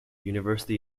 university